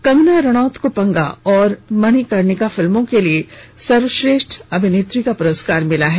कंगना रणौत को पंगा और मनिकर्णिका फिल्मों के लिए सर्वश्रेष्ठ अभिनेत्री का पुरस्कार मिला है